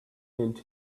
and